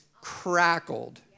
crackled